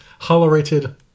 Hollerated